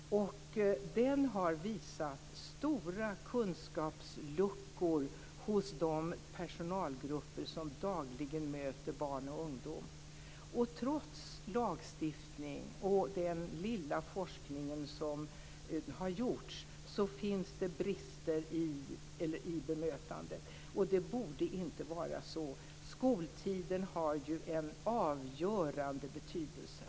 Den visar på stora kunskapsluckor hos de personalgrupper som dagligen möter barn och ungdom. Trots lagstiftning och den lilla forskning som har gjorts finns det brister i bemötandet. Det borde inte vara så. Skoltiden har ju en avgörande betydelse.